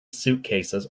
suitcases